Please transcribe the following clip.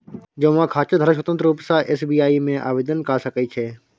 जौंआँ खाताधारक स्वतंत्र रुप सँ एस.बी.आइ मे आवेदन क सकै छै